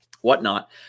whatnot